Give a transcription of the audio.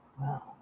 wow